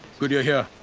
good you're here.